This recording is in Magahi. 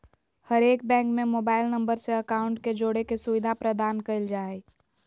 हरेक बैंक में मोबाइल नम्बर से अकाउंट के जोड़े के सुविधा प्रदान कईल जा हइ